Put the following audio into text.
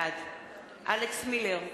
בעד אלכס מילר,